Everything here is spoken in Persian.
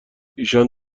ایشان